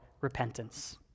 repentance